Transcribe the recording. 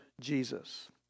Jesus